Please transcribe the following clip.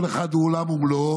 כל אחד הוא עולם ומלואו,